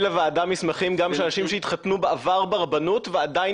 לוועדה מסמכים גם של אנשים שהתחתנו בעבר ברבנות ועדיין